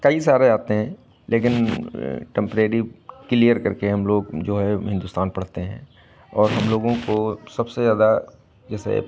कई सारे आते हैं लेकिन टम्परेरी क्लियर करके हम लोग जो है वो हिन्दुस्तान पढ़ते हैं और हम लोगों को सबसे ज़्यादा जैसे